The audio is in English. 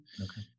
Okay